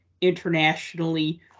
internationally